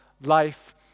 life